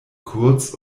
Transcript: kurz